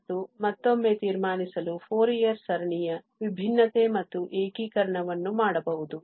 ಮತ್ತು ಮತ್ತೊಮ್ಮೆ ತೀರ್ಮಾನಿಸಲು ಫೋರಿಯರ್ ಸರಣಿಯ ವಿಭಿನ್ನತೆ ಮತ್ತು ಏಕೀಕರಣವನ್ನು ಮಾಡಬಹುದು